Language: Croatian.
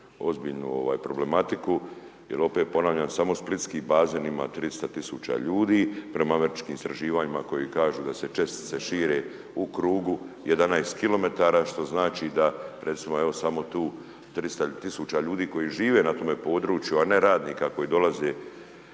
ozbiljnu problematiku, jer opet ponavljam samo splitski bazen ima 300 tisuća ljudi? Prema američkim istraživanjima koji kažu da se čestice šire u krugu 11 km što znači da recimo evo samo tu 300 tisuća ljudi koji žive na tom području a ne radnika koji dolaze